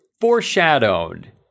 foreshadowed